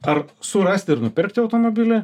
ar surasti ir nupirkti automobilį